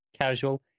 casual